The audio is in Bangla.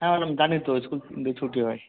হ্যাঁ ম্যাম জানি তো স্কুল তিনটেয় ছুটি হয়